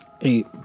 Eight